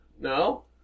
No